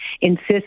insist